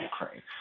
Ukraine